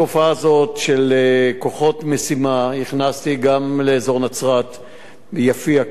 את כל התופעה הזאת של כוחות משימה הכנסתי גם לאזור נצרת יפיע.